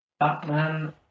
Batman